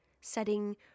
Setting